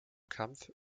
kampf